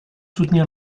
soutenir